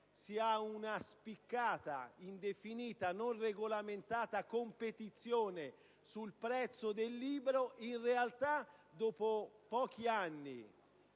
si ha una spiccata, indefinita, non regolamentata competizione sul prezzo del libro, in realtà, dopo pochi anni